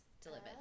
delivered